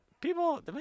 people